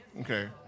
Okay